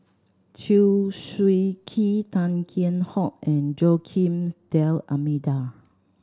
Chew Swee Kee Tan Kheam Hock and Joaquim D'Almeida